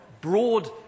broad